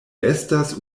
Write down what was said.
estas